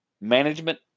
management